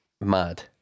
mad